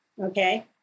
okay